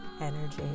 energy